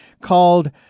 called